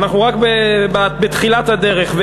ואנחנו רק בתחילת הדרך.